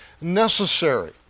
necessary